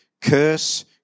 curse